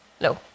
no